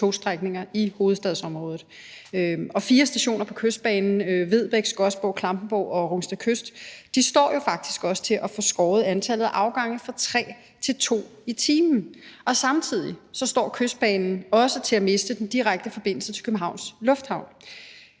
togstrækninger i hovedstadsområdet, og fire stationer på Kystbanen, Vedbæk, Skodsborg, Klampenborg og Rungsted Kyst, står jo faktisk også til at få skåret antallet af afgange ned fra tre til to i timen, og samtidig står Kystbanen også til at miste den direkte forbindelse til Københavns Lufthavn.